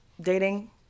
dating